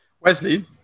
Wesley